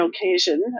occasion